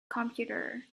computer